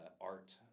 art